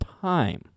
time